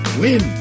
win